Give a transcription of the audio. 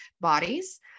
bodies